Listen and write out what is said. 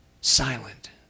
Silent